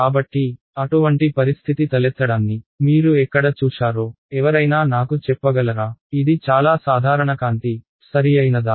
కాబట్టి అటువంటి పరిస్థితి తలెత్తడాన్ని మీరు ఎక్కడ చూశారో ఎవరైనా నాకు చెప్పగలరా ఇది చాలా సాధారణ కాంతి సరియైనదా